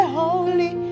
holy